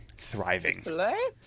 Thriving